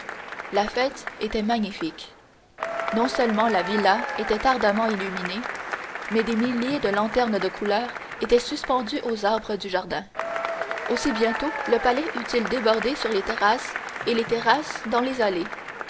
la fête était magnifique non seulement la villa était ardemment illuminée mais des milliers de lanternes de couleur étaient suspendues aux arbres du jardin aussi bientôt le palais eut-il débordé sur les terrasses et les terrasses dans les allées